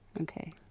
Okay